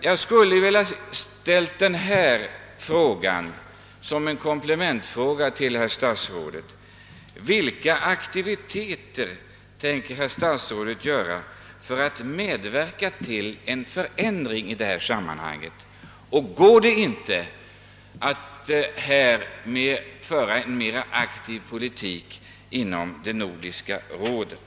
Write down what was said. Jag skulle till sist vilja ställa ett par komplementfrågor till herr statsrådet: Vilka aktiviteter tänker herr statsrådet utveckla för att medverka till en förändring i detta sammanhang? Går det inte att härvidlag föra en mera aktiv politik inom Nordiska rådet?